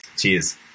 Cheers